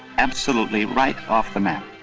absolutely right off the map.